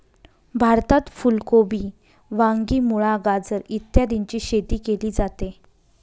भारतात फुल कोबी, वांगी, मुळा, गाजर इत्यादीची शेती केली जाते